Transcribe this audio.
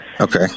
Okay